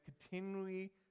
continually